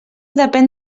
depèn